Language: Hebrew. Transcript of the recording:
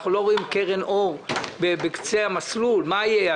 אנחנו לא רואים קרן אור בקצה המסלול, מה יהיה.